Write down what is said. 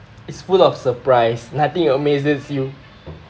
it's full of surprise nothing amazes you